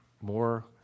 more